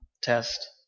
test